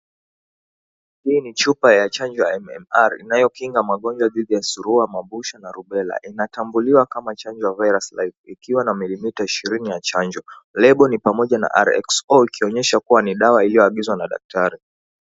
Hii ni chupa ya chanjo ya MMR inayokinga magonjwa dhidi ya surua, mabusha na rubela. Inatambuliwa kama chanjo ya virus live ikiwa na milimita ishirini ya chanjo. Lebo ni pamoja na RXO ikionyesha kuwa ni dawa iliyoagizwa na daktari.